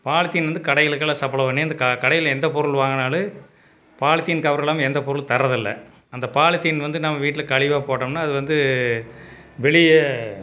polythene வந்து இந்த கடைகளுக்கு எல்லாம் சப்ளை பண்ணி அந்த கடையில் எந்த பொருள் வாங்கினாலும் பாலித்தின் கவர் இல்லாமல் எந்த பொருளும் தரது இல்லை அந்த பாலித்தின் வந்து நம்ம வீட்டில் கழிவாக போட்டோம்னால் அது வந்து வெளியே